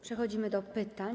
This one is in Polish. Przechodzimy do pytań.